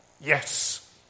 yes